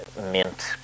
mint